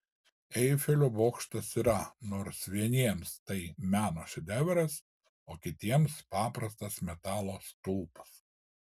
eifelio bokštas yra nors vieniems tai meno šedevras o kitiems paprastas metalo stulpas